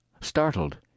Startled